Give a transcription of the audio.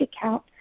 account